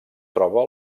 troba